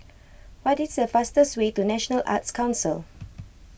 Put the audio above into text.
what is the fastest way to National Arts Council